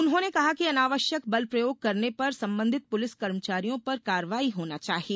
उन्होंने कहा कि अनावश्यक बलप्रयोग करने पर संबंधित पुलिस कर्मचारियों पर कार्रवाई होना चाहिए